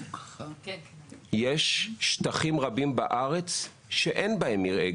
יש שטחים רבים בארץ שאין בהם מרעה,